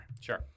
Sure